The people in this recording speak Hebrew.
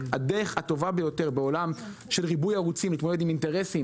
הדרך הטובה ביותר בעולם של ריבוי ערוצים להתמודד עם אינטרסים